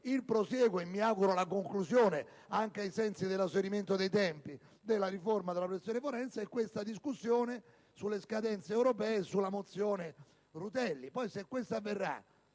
il prosieguo e, mi auguro, la conclusione (anche ai sensi dell'esaurimento dei tempi) della riforma della professione forense e la discussione sulle scadenze europee e sulla mozione Rutelli. Poi, se quest'ultima verrà